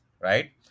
right